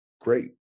great